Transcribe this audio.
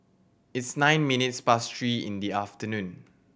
it's nine minutes past three in the afternoon